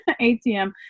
ATM